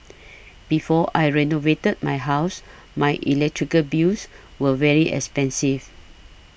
before I renovated my house my electrical bills were very expensive